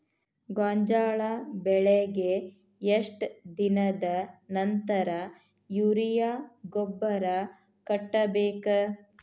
ಗೋಂಜಾಳ ಬೆಳೆಗೆ ಎಷ್ಟ್ ದಿನದ ನಂತರ ಯೂರಿಯಾ ಗೊಬ್ಬರ ಕಟ್ಟಬೇಕ?